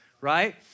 right